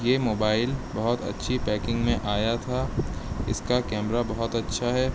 یہ موبائل بہت اچھی پیکنگ میں آیا تھا اس کا کیمرہ بہت اچھا ہے